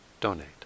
donate